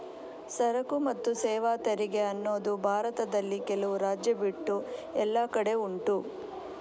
ಸರಕು ಮತ್ತು ಸೇವಾ ತೆರಿಗೆ ಅನ್ನುದು ಭಾರತದಲ್ಲಿ ಕೆಲವು ರಾಜ್ಯ ಬಿಟ್ಟು ಎಲ್ಲ ಕಡೆ ಉಂಟು